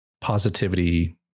positivity